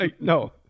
no